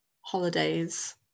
holidays